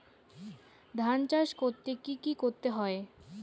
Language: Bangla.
ধান চাষ করতে কি কি করতে হয়?